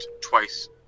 twice